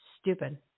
stupid